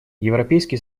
европейский